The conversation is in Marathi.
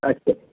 अच्छा